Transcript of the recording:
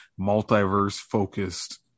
multiverse-focused